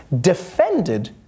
defended